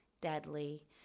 deadly